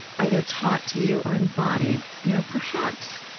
either taught to you or embodied, you know perhaps,